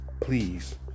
Please